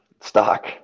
stock